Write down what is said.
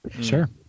Sure